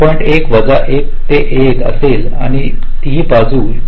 1 वजा 1 ते 1 असेल आणि ही बाजू 5